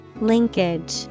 Linkage